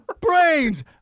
brains